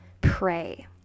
Pray